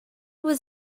was